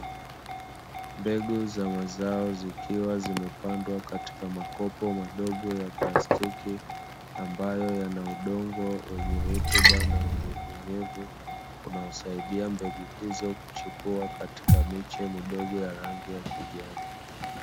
Mbegu za mazao zikiwa zimepandwa katika makopo madogo ya plastiki, ambayo yana undogo wenye rutuba na unyevu unyevu unaosaidia mbegu hizo kuchipua katika miche midogo ya rangi ya kijani.